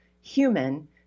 human